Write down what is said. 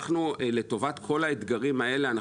לטובת כל האתגרים האלה,